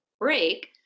break